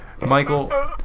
Michael